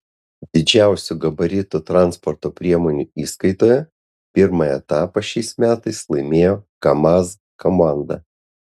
didžiausių gabaritų transporto priemonių įskaitoje pirmą etapą šiais metais laimėjo kamaz komanda